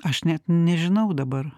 aš net nežinau dabar